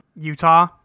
Utah